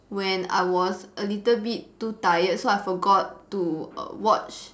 when I was a little bit too tired so I forgot to err watch